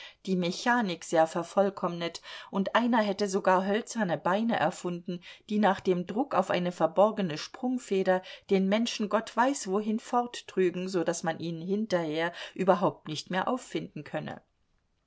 die mechanik sehr vervollkommnet und einer hätte sogar hölzerne beine erfunden die nach dem druck auf eine verborgene sprungfeder den menschen gott weiß wohin forttrügen so daß man ihn hinterher überhaupt nicht mehr auffinden könne